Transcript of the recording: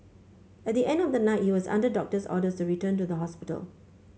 at the end of the night he was under doctor's orders to return to the hospital